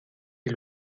est